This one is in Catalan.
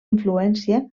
influència